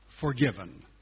forgiven